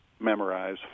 memorize